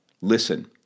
Listen